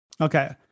Okay